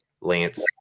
Lance